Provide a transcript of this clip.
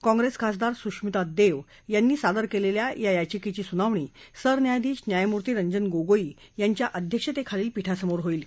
काँग्रेस खासदार सुश्मितादेव यांनी दाखल केलेल्या याचिकेची सुनावणी सरन्यायाधीश न्यायमूर्ती रंजन गोगोई यांच्या अध्यक्षतेखालील पीठासमोर होईल